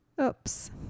Oops